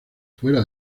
fuera